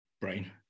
brain